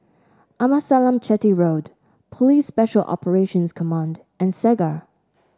Amasalam Chetty Road Police Special Operations Command and Segar